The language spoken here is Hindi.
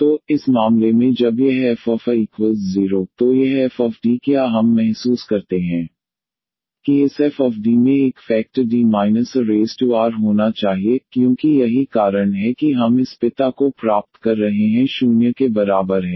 तो इस मामले में जब यह fa0 तो यह f क्या हम महसूस करते हैं कि इस f में एक फेकटर D ar होना चाहिए क्योंकि यही कारण है कि हम इस पिता को प्राप्त कर रहे हैं 0 के बराबर है